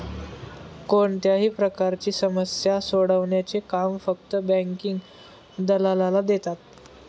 कोणत्याही प्रकारची समस्या सोडवण्याचे काम फक्त बँकिंग दलालाला देतात